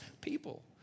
people